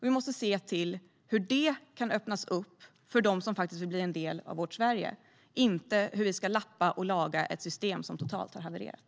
Vi måste se hur det kan öppnas upp för dem som faktiskt vill bli en del av vårt Sverige, inte hur vi ska lappa och laga ett system som totalt har havererat.